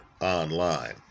online